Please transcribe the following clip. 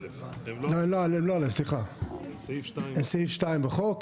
הם סעיף 2 בחוק,